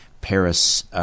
Paris